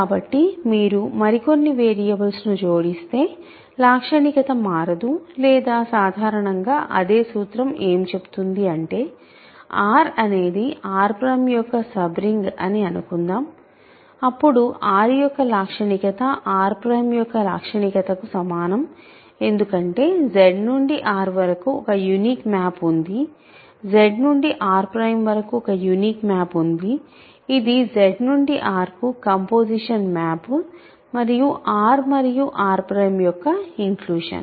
కాబట్టి మీరు మరికొన్ని వేరియబుల్స్ను జోడిస్తే లాక్షణికత మారదు లేదా సాధారణంగా అదే సూత్రం ఏం చెప్తుంది అంటే R అనేది R యొక్క సబ్ రింగ్ అని అందాం అప్పుడు R యొక్క లాక్షణికత R యొక్క లాక్షణికత కి సమానం ఎందుకంటే Z నుండి R వరకు ఒక యునీక్ మ్యాప్ ఉంది Z నుండి R వరకు ఒక యునీక్ మ్యాప్ ఉంది ఇది Z నుండి R కు కంపోసిషన్ మ్యాప్ మరియు R మరియు R యొక్క ఇంక్లుషన్